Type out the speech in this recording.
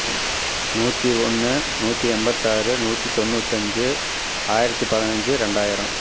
நூற்றி ஒன்று நூற்றி எண்பத்தாறு நூற்றி தொண்ணூற்றஞ்சு ஆயிரத்து பதினைஞ்சு ரெண்டாயிரம்